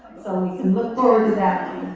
we can look forward to that.